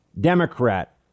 Democrat